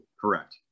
correct